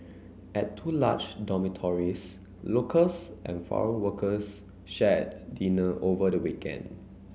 at two large dormitories locals and foreign workers shared dinner over the weekend